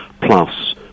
plus